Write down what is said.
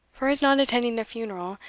for his not attending the funeral,